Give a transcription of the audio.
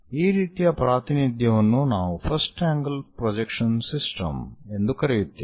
ಈ ರೀತಿಯ ಪ್ರಾತಿನಿಧ್ಯವನ್ನು ನಾವು ಫಸ್ಟ್ ಆಂಗಲ್ ಪ್ರೊಜೆಕ್ಷನ್ ಸಿಸ್ಟಮ್ ಎಂದು ಕರೆಯುತ್ತೇವೆ